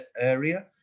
area